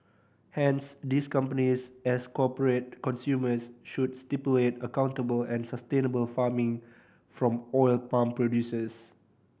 hence these companies as corporate consumers should stipulate accountable and sustainable farming from oil palm producers